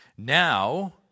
Now